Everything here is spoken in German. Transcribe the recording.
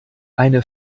eine